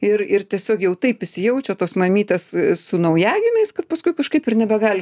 ir ir tiesiog jau taip įsijaučia tos mamytės su naujagimiais kad paskui kažkaip ir nebegali